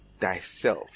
thyself